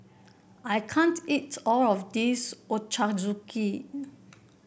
I can't eat all of this Ochazuke